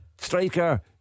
striker